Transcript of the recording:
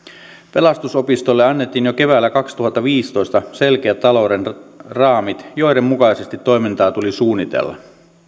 pelastusopistolle annettiin jo keväällä kaksituhattaviisitoista selkeät talouden raamit joiden mukaisesti toimintaa tuli suunnitella